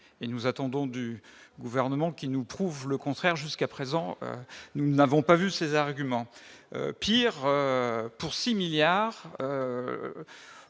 et nous attendons du gouvernement qui nous prouve le contraire, jusqu'à présent, nous n'avons pas vu ses arguments pire pour 6 milliards,